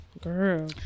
Girl